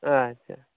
ᱟᱪᱪᱷᱟ